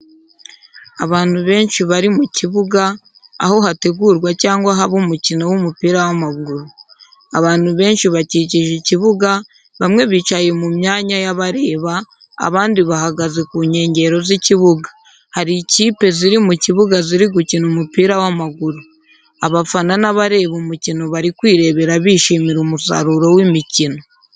Abantu benshi bari mu kibuga aho hategurwa cyangwa haba umukino w’umupira w’amaguru. Abantu benshi bakikije ikibuga, bamwe bicaye mu myanya y’abareba, abandi bahagaze ku nkengero z’ikibuga. Hari ikipe ziri mu kibuga ziri gukina umupira w’amaguru. Abafana n’abareba umukino bari kwirebera bishimira umusaruro w’imikino.